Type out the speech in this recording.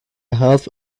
half